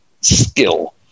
skill